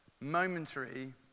momentary